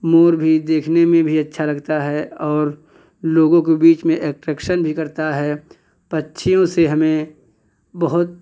मोर भी देखने में भी अच्छा लगता है और लोगों के बीच में अट्रैक्शन भी करता है पक्षियों से हमें बहुत